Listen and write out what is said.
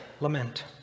lament